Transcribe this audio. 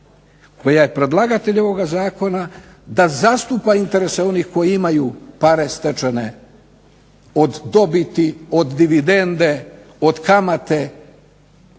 koja je predlagatelj ovoga zakona da zastupa interese onih koji imaju pare stečene od dobiti, od dividende, od kamate,